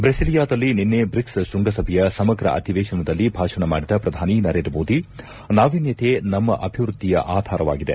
ಬ್ರಿಸಿಲಿಯಾದಲ್ಲಿ ನಿನ್ನೆ ಬ್ರಿಕ್ಸ್ ಶೃಂಗಸಭೆಯ ಸಮಗ್ರ ಅಧಿವೇಶನದಲ್ಲಿ ಭಾಷಣ ಮಾಡಿದ ಪ್ರಧಾನಿ ನರೇಂದ್ರ ಮೋದಿ ನಾವೀನ್ಧತೆ ನಮ್ಮ ಅಭಿವೃದ್ಧಿಯ ಆಧಾರವಾಗಿದೆ